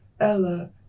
Ella